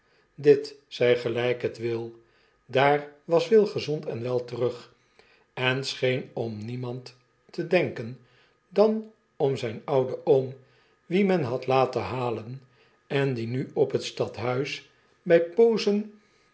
dit zy gelyk het wil daar was willgezond en wel terug eh scheen om demand te denken dan om zyn ouden oom wien men had laten halen en die nu op het stadhuis by poozen